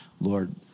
Lord